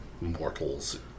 mortals